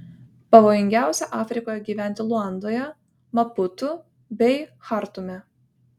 pavojingiausia afrikoje gyventi luandoje maputu bei chartume